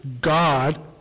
God